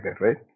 right